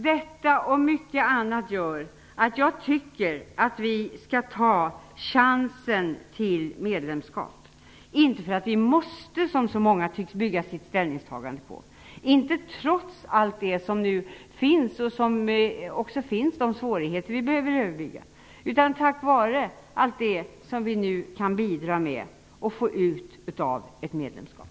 Detta och mycket annat gör att jag tycker att vi skall ta chansen till medlemskap, inte för att vi måste, som så många tycks bygga sitt ställningstagande på, inte trots de svårigheter som finns och behöver överbryggas utan tack vare det som vi kan bidra med och det som vi kan få ut av ett medlemskap.